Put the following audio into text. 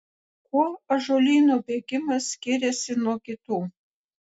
kuo ąžuolyno bėgimas skiriasi nuo kitų